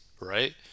right